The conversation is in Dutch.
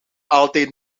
altijd